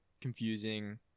confusing